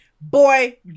Boy